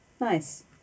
Nice